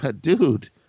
dude